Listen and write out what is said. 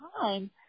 time